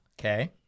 Okay